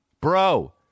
bro